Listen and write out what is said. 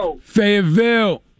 Fayetteville